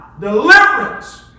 deliverance